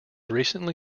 recently